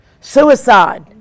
suicide